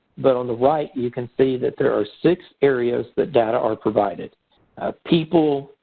but on the right, you can see that there are six areas that data are provided people,